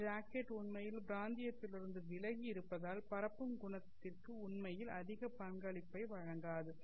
இந்த ஜாக்கெட் உண்மையில் பிராந்தியத்திலிருந்து விலகி இருப்பதால் பரப்பும் குணத்திற்கு உண்மையில் அதிக பங்களிப்பை வழங்காது